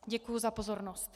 Děkuji za pozornost.